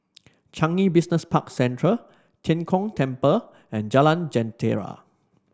Changi Business Park Central Tian Kong Temple and Jalan Jentera